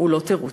הוא לא תירוץ,